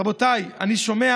רבותיי, אני שומע